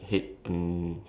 that I smoke